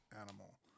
animal